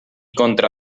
contra